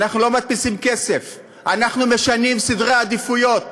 אנחנו משנים סדר עדיפויות,